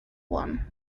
won